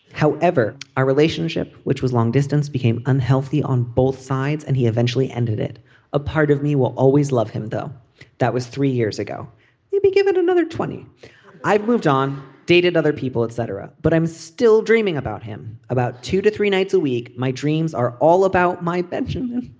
however our relationship which was long distance became unhealthy on both sides and he eventually ended it a part of me will always love him though that was three years ago me give it another twenty point i've moved on dated other people etc. but i'm still dreaming about him about two to three nights a week. my dreams are all about my pension.